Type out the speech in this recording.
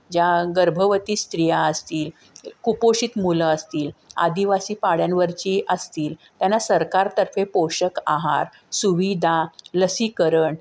ज्या गर्भवती स्त्रिया असतील कुपोषित मुलं असतील आदिवासी पाड्यांवरची असतील त्यांना सरकारतर्फे पोषक आहार सुविधा लसीकरण